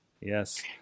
Yes